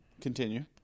Continue